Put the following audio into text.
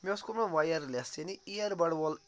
مےٚ اوس کوٚرمُت وایر لیٚس یعنی اِیَر بڈ وول